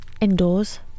Indoors